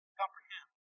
comprehend